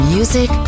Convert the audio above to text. Music